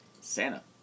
Santa